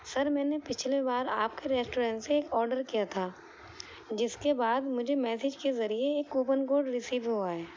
سر میں نے پچھلی بار آپ کے ریسٹورنٹ سے ایک آڈر کیا تھا جس کے بعد مجھے میسج کے ذریعے ایک کوپن کوڈ ریسیو ہوا ہے